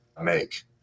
make